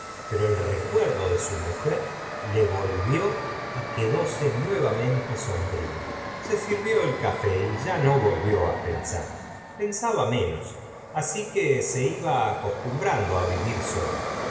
pero el recuerdo de su mujer le volvió y quedóse nuevamente sorala señora dr bovary brío se sirvió el café y ya no volvió á pensar pensaba menos así que se iba acostumbrando vivir solo